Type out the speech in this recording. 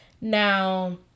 Now